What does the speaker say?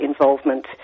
involvement